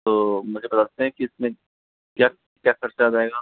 तो मुझे बता सकते हैं की इसमें क्या क्या खर्चा जाएगा